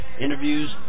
interviews